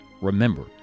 Remember